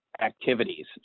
activities